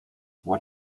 what